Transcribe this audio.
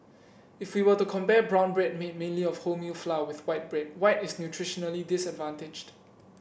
if we were to compare brown bread made mainly of wholemeal flour with white bread white is nutritionally disadvantaged